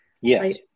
Yes